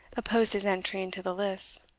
opposed his entry into the lists.